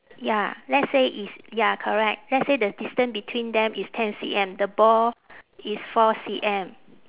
ya let's say it's ya correct let's say the distance between them is ten C_M the ball is four C_M